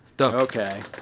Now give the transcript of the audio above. Okay